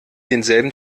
denselben